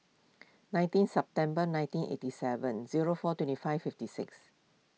nineteen September nineteen eighty seven zero four twenty five fifty six